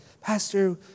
Pastor